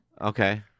Okay